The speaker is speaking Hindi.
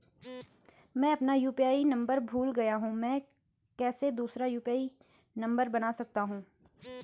मैं अपना यु.पी.आई नम्बर भूल गया हूँ मैं कैसे दूसरा यु.पी.आई नम्बर बना सकता हूँ?